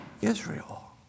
Israel